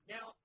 Now